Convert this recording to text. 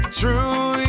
true